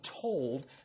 told